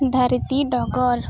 ᱫᱷᱟᱹᱨᱛᱤ ᱰᱚᱜᱚᱨ